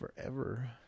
forever